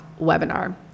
webinar